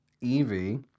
Evie